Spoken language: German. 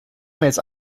mails